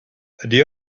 ydy